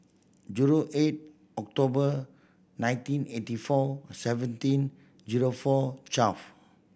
zero eight October nineteen eighty four seventeen zero four twelve